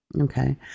okay